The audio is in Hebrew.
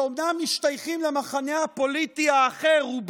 שאומנם רובם משתייכים למחנה הפוליטי האחר,